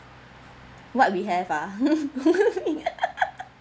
what we have ah